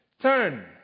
Turn